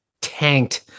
tanked